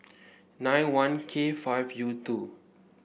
nine one K five U two